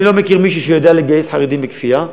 אני לא מכיר מישהו שיודע לגייס חרדים בכפייה.